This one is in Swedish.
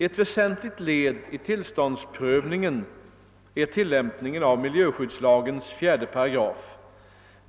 Ett väsentligt led i tillståndsprövningen är tillämpningen av miljöskyddslagen 4 §.